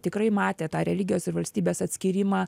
tikrai matė tą religijos ir valstybės atskyrimą